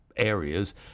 areas